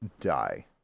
die